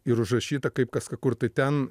ir užrašyta kaip kas ką kur tai ten